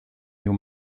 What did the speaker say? new